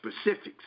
specifics